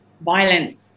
violent